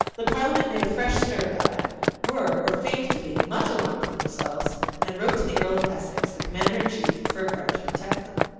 the parliament made a fresh stir about it were, or feigned to be, much alarmed for themselves and wrote to the earl of essex, the commander-in chief, for a guard to protect them.